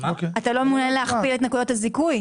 אתה לא מעוניין להכפיל את נקודות הזיכוי.